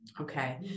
Okay